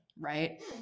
Right